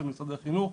משרד החינוך,